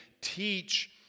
teach